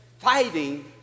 fighting